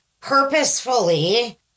Purposefully